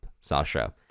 Sasha